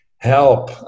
help